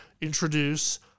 introduce